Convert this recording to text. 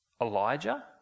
Elijah